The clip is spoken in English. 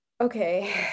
Okay